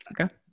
Okay